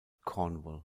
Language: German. cornwall